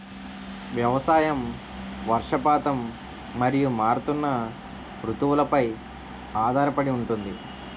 వ్యవసాయం వర్షపాతం మరియు మారుతున్న రుతువులపై ఆధారపడి ఉంటుంది